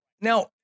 now